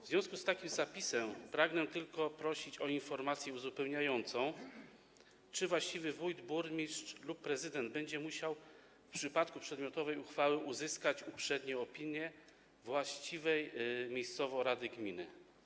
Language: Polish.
W związku z takim zapisem pragnę prosić o informację uzupełniającą: Czy właściwy wójt, burmistrz lub prezydent będzie musiał w przypadku przedmiotowej uchwały uzyskać uprzednio opinię właściwej miejscowo rady gminy?